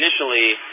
initially